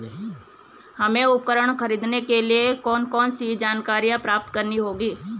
हमें उपकरण खरीदने के लिए कौन कौन सी जानकारियां प्राप्त करनी होगी?